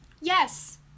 Yes